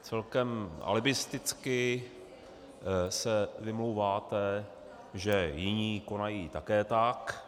Celkem alibisticky se vymlouváte, že jiní konají také tak.